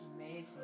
amazing